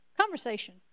Conversation